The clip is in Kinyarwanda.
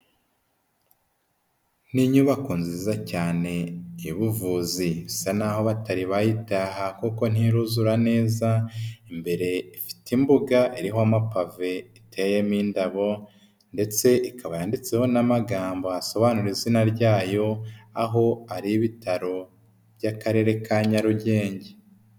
Ni inyubako nziza cyane y'ubuvuzi, isa naho batari bayitaha koko ntiruzura neza, imbere ifite imbuga iriho amapave iteyemo indabo ndetse ikaba yanditseho n'amagambo asobanura izina ryayo, aho ari ibitaro by'Akarere ka Nyarugenge.